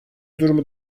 durumu